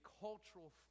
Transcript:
cultural